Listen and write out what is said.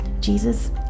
Jesus